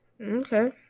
Okay